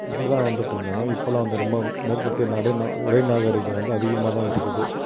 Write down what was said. இப்படி தான் வந்துட்டிருந்தாங்க இப்போலாம் வந்து ரொம்ப மேற்கத்திய நாடு உடை நாகரீகம் வந்து அதிகமாக தான் இருக்குது